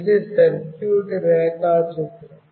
ఇది సర్క్యూట్ రేఖాచిత్రం